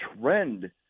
trend